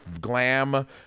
glam